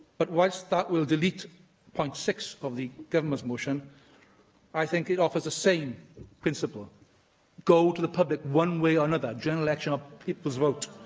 but whilst that will delete point six of the government's motion i think it offers the same principle go to the public one way or another a general election or people's vote.